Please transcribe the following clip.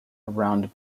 around